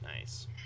nice